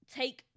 take